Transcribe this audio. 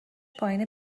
پایین